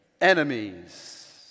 enemies